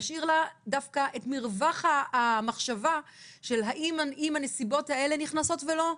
להשאיר לה דווקא את מרווח המחשבה אם הנסיבות האלה נכנסות ולא,